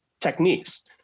techniques